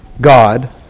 God